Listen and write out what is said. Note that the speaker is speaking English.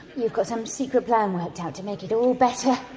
you've got some secret plan worked out to make it all better!